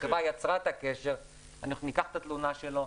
אנחנו ניקח את התלונה שלו,